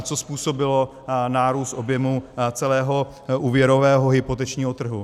Co způsobilo nárůst objemu celého úvěrového hypotečního trhu?